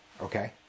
okay